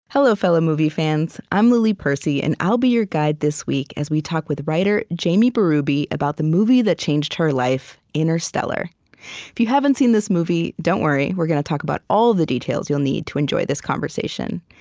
hello, fellow movie fans. i'm lily percy, and i'll be your guide this week as we talk with writer jamie berube about the movie that changed her life, interstellar. if you haven't seen this movie, don't worry. we're going to talk about all the details you'll need to enjoy this conversation.